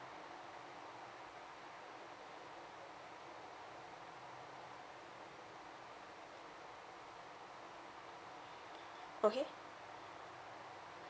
okay